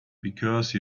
because